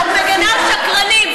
את מגינה על שקרנים,